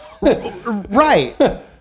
Right